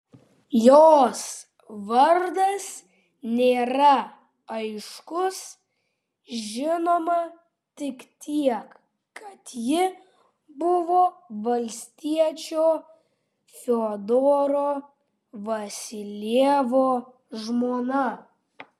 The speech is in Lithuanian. jos vardas nėra aiškus žinoma tik tiek kad ji buvo valstiečio fiodoro vasiljevo žmona